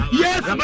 yes